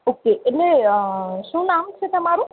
okay એટલે શું નામ છે તમારું